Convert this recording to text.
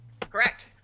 Correct